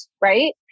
right